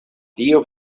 tio